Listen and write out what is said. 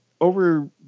over